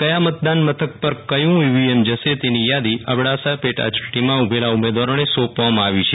કથા મતદાન મથક પર કયું ઈવીએમ જશે તેની યાદી અબડાસા પેટા યૂંટણીમાં ઉભેલા ઉમેદવારોને સોંપવામાં આવી છે